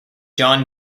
john